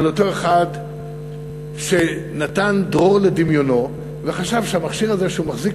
אותו אחד שנתן דרור לדמיונו וחשב שהמכשיר הזה שהוא מחזיק